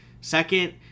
Second